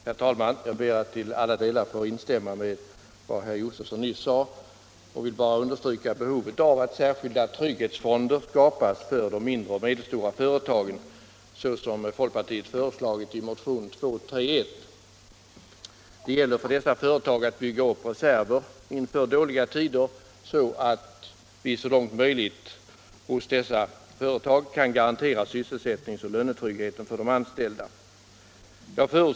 Herr talman! Jag ber att till alla delar få instämma i vad herr Josefson nyss sade och vill bara understryka behovet av att särskilda trygghetsfonder skapas för de mindre och medelstora företagen, såsom folkpartiet föreslagit i motionen 231. Det gäller för dessa företag att bygga upp reserver inför dåliga tider, så att man så långt möjligt kan garantera sysselsättnings och lönetryggheten för de anställda.